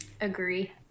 Agree